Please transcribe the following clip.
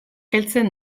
heltzen